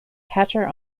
catcher